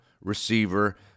receiver